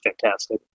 fantastic